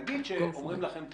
נגיד שאומרים לכם,